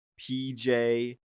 PJ